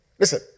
Listen